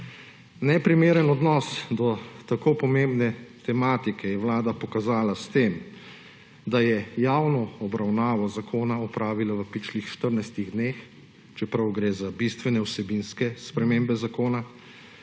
Neprimeren odnos do tako pomembne tematike je vlada pokazala s tem, da je javno obravnavo zakona opravila v pičlih 14 dneh, čeprav gre za bistvene vsebinske spremembe zakona,